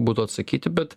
būtų atsakyti bet